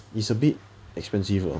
it's a bit expensive lah